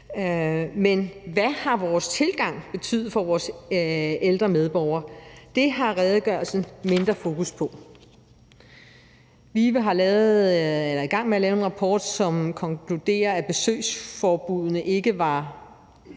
men hvad har vores tilgang betydet for vores ældre medborgere? Det har redegørelsen mindre fokus på. VIVE er i gang med at lave en rapport, som konkluderer, at besøgsforbuddene ikke var